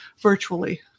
virtually